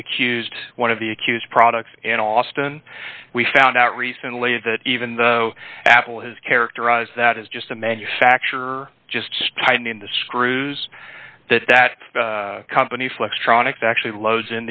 the accused one of the accused products in austin we found out recently that even though apple has characterize that as just a manufacture just tightening the screws that that company flextronics actually loads